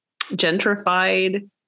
gentrified